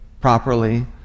properly